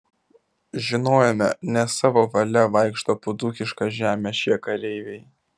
žinojome ne savo valia vaikšto po dzūkišką žemę šie kareiviai